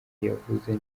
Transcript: ntiyavuze